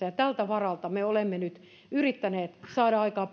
ja tältä varalta me olemme nyt yrittäneet saada aikaan